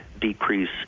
decrease